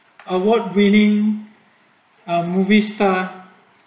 award winning a movie star